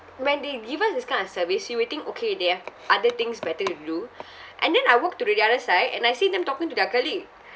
when they give us this kind of service you will think okay they have other things better to do and then I walk to the other side and I see them talking to their colleague